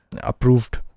approved